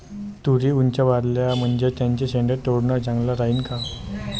तुरी ऊंच वाढल्या म्हनजे त्याचे शेंडे तोडनं चांगलं राहीन का?